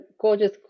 gorgeous